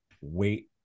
wait